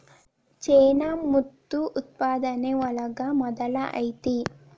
ಚೇನಾ ಮುತ್ತು ಉತ್ಪಾದನೆ ಒಳಗ ಮೊದಲ ಐತಿ